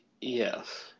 yes